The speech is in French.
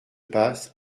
passe